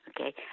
Okay